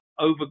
over